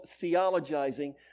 theologizing